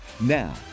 now